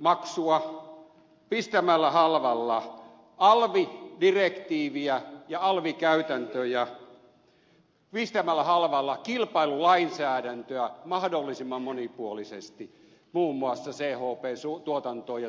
maksua pistämällä halvalla alv direktiiviä ja alv käytäntöjä pistämällä halvalla kilpailulainsäädäntöä mahdollisimman monipuolisesti muun muassa chp tuotantoon ja tuulivoimatuotantoon nähden